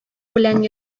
белән